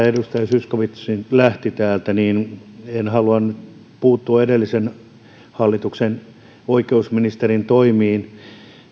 edustaja zyskowicz lähti täältä ja en halua nyt puuttua edellisen hallituksen oikeusministerin toimiin